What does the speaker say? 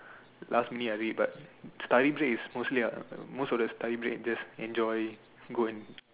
last minute I read but study break is mostly ah most of the study break is just enjoy go and